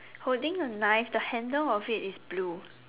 holding a knife the handle of it is blue